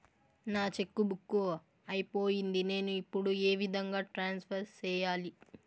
నా cheque book అయిపోయింది నేను ఇప్పుడు ఏ విధంగా ట్రాన్స్ఫర్ సేయాలి?